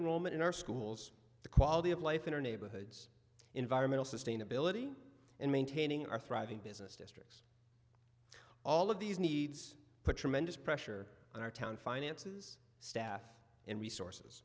moment in our schools the quality of life in our neighborhoods environmental sustainability and maintaining our thriving business to all of these needs put tremendous pressure on our town finances staff and resources